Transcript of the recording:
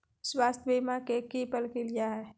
स्वास्थ बीमा के की प्रक्रिया है?